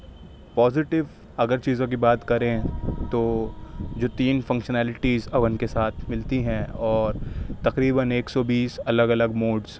positive اگر چیزوں کی اگر بات کریں تو جو تین فنکشنالٹیز اون کے ساتھ ملتی ہیں اور تقریباً ایک سو بیس الگ الگ موڈس